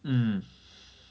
mm